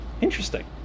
Interesting